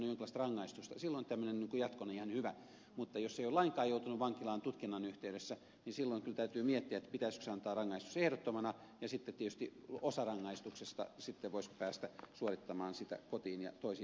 silloin tämmöinen on jatkona ihan hyvä mutta jos ei ole lainkaan joutunut vankilaan tutkinnan yhteydessä niin silloin kyllä täytyy miettiä pitäisikö antaa rangaistus ehdottomana ja sitten tietysti osan rangaistuksesta voisi päästä suorittamaan kotiin ja toisiin olosuhteisiin